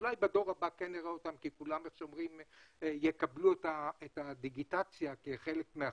אולי בדור הבא הם יהיו כי כולם יקבלו את הדיגיטציה כחלק מהחיים.